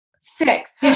six